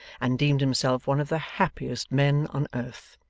and deemed himself one of the happiest men on earth.